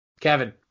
Kevin